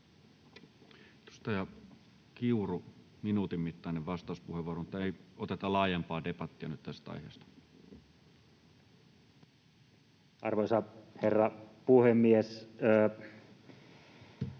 Kiuru, minuutin mittainen vastauspuheenvuoro. — Mutta ei oteta laajempaa debattia nyt tästä aiheesta. Arvoisa herra puhemies!